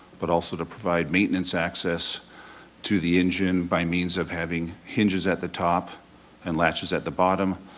but also to provide maintenance access to the engine by means of having hinges at the top and latches at the bottom.